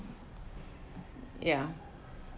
yeah